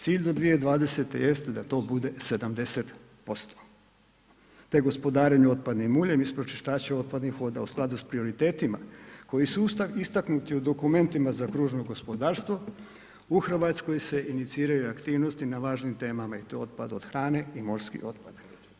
Cilj do 2020. jest da to bude 70% te gospodarenje otpadnim uljem iz pročistača otpadnih voda u skladu s prioritetima koji su u Ustav istaknuti u dokumentima za kružno gospodarstvo u RH se iniciraju aktivnosti na važnim temama i to otpad od hrane i morski otpad.